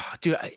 Dude